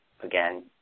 Again